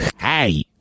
hey